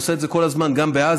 והוא עושה את זה כל הזמן גם בעזה.